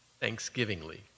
thanksgivingly